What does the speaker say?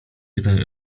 pytań